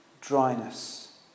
dryness